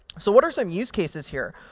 so what are some use cases here?